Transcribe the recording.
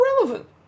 irrelevant